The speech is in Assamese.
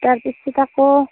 তাৰপিছত আকৌ